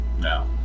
now